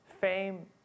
Fame